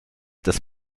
des